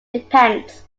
depends